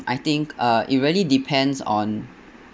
I think uh it really depends on